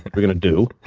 we going to do?